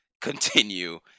continue